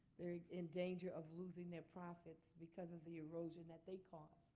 they're in danger of losing their profits because of the erosion that they caused.